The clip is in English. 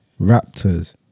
Raptors